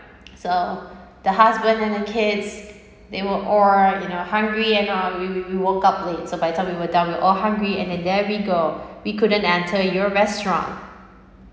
so the husband and the kids they were all you know hungry and all we we we woke up late so by the time we were down we all hungry and there we go we couldn't enter your restaurant